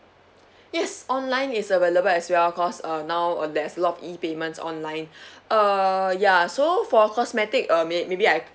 yes online is available as well cause uh now that's a lot E_payments online uh ya so for cosmetic